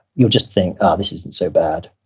you'll just think, oh, this isn't so bad,